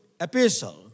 epistle